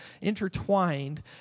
intertwined